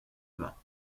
main